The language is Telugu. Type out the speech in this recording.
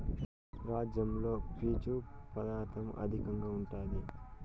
రాజ్మాలో పీచు పదార్ధం అధికంగా ఉంటాది